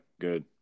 good